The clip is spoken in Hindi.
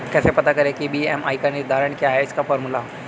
कैसे करते हैं बी.एम.आई का निर्धारण क्या है इसका फॉर्मूला?